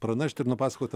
pranešt ir nupasakot